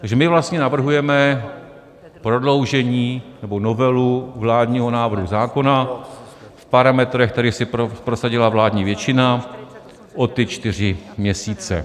Takže my vlastně navrhujeme prodloužení nebo novelu vládního návrhu zákona v parametrech, které si prosadila vládní většina, o ty čtyři měsíce.